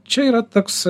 čia yra toks